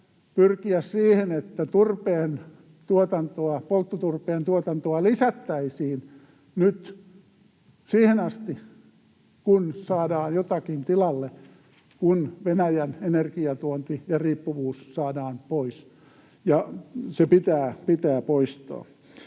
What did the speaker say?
pyrkiä siihen, että polttoturpeen tuotantoa lisättäisiin nyt siihen asti, kun saadaan jotakin tilalle, kun Venäjän energiantuonti ja riippuvuus siitä saadaan pois. Ne pitää poistaa.